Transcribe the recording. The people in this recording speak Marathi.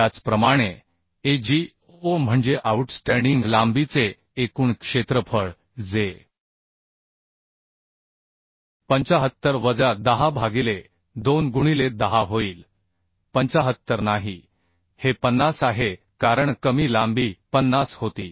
त्याचप्रमाणे Ag o म्हणजे आऊटस्टँडिंग लांबीचे एकूण क्षेत्रफळ जे 75 वजा 10 भागिले 2 गुणिले 10 होईल 75 नाही हे 50 आहे कारण कमी लांबी 50 होती